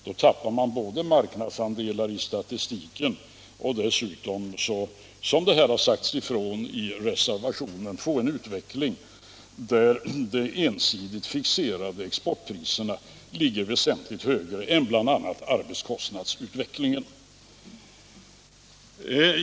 På det sättet tappar man marknadsandelar i statistiken och dessutom —- som det har sagts ifrån i reservationen — får man en utveckling där de ensidigt fixerade exportpriserna ligger väsentligt högre än bl.a. arbetskostnadsutvecklingen.